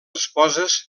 esposes